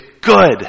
good